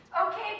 Okay